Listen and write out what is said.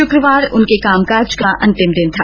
शुक्रवार उनके कामकाज का अंतिम दिन था